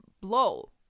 blow